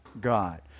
God